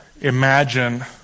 imagine